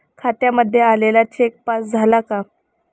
खात्यामध्ये आलेला cheque pass झाला का?